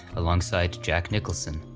alongside jack nicholson.